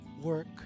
work